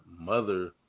mother